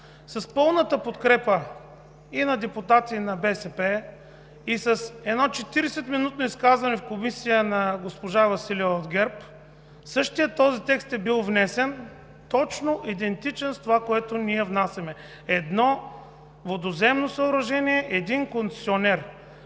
с пълната подкрепа и на депутати на БСП и с едно 40-минутно изказване в Комисията на госпожа Василева от ГЕРБ същият този текст е бил внесен – точно идентичен с това, което ние внасяме: едно водовземно съоръжение на един концесионер